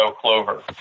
clover